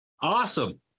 Awesome